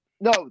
no